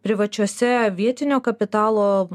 privačiose vietinio kapitalo